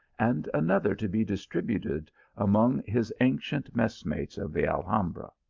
and another to be distributed among his ancient messmates of the alhambra.